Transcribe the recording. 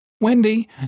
Wendy